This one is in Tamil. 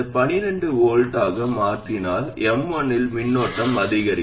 இது 12V ஆக மாறினால் M1 இல் மின்னோட்டம் அதிகரிக்கும்